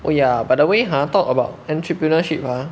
oh ya by the way uh talk about entrepreneurship ah